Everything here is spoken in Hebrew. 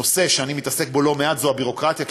נושא שאני עוסק בו לא מעט הוא הביורוקרטיה,